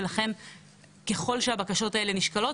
ולכן ככל שהבקשות האלה נשקלות,